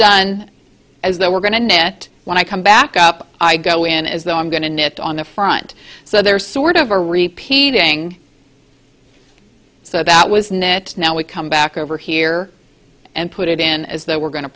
done as they were going to knit when i come back up i go in as though i'm going to knit on the front so there's sort of a repeating so that was net now we come back over here and put it in as though we're going to